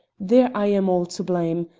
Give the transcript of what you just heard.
there i am all to blame.